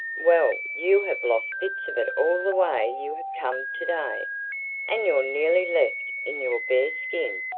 well, you have lost bits of it all the way you have come to-day, and you're nearly left in your bare skin.